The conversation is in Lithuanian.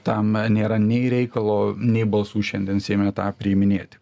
tam nėra nei reikalo nei balsų šiandien seime tą priiminėti